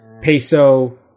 Peso